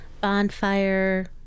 bonfire